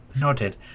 Noted